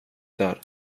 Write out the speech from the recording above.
där